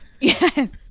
Yes